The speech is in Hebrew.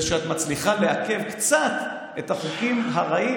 והוא שאת מצליחה לעכב קצת את החוקים הרעים